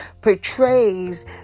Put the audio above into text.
portrays